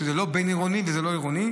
שזה לא בין-עירוני וזה לא עירוני.